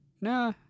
Nah